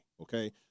okay